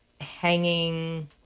hanging